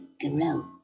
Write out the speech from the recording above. grow